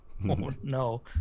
No